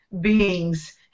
beings